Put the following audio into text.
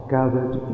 gathered